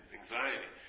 anxiety